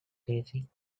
daisy